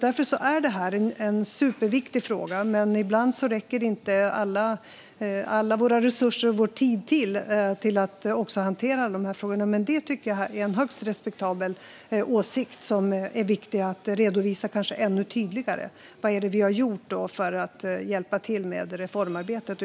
Därför är detta en superviktig fråga. Ibland räcker dock inte alla våra resurser och vår tid till att hantera dessa frågor. Jag tycker dock att det är en högst respektabel åsikt att det är viktigt att redovisa ännu tydligare vad vi har gjort för att hjälpa till med reformarbetet.